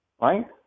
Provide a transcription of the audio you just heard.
right